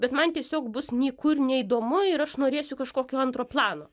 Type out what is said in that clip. bet man tiesiog bus nyku ir neįdomu ir aš norėsiu kažkokio antro plano